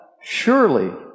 surely